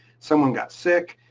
someone got sick.